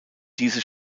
diese